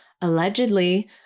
Allegedly